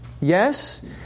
yes